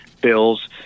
bills